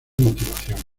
motivación